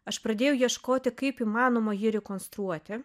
aš pradėjau ieškoti kaip įmanoma jį rekonstruoti